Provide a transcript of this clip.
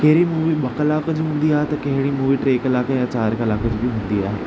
कहिड़ी मूवी ॿ कलाक जी हूंदी आहे त कहिड़ी मूवी टे कलाक या चारि कलाक जी बि हूंदी आहे